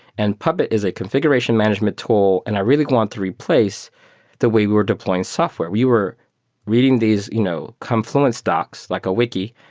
and puppet is a configuration management tool and i really want to replace the way we were deploying software. we were reading these you know confluence docs, like a wiki,